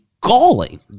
galling